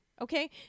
Okay